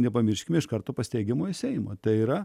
nepamirškime iš karto po steigiamojo seimo tai yra